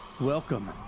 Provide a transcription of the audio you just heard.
Welcome